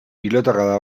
pilotakada